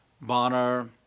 Bonner